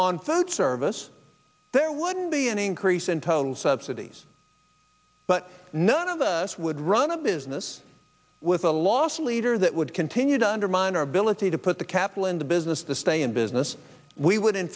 on food service there wouldn't be any increase in total subsidies but none of us would run a business with a loss leader that would continue to undermine our ability to put the capital in the business to stay in business we would in